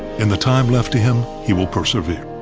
in the time left to him, he will persevere.